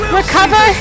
recover